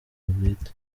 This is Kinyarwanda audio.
bwite